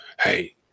hey